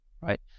right